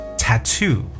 tattoo